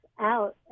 out